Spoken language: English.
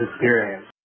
experience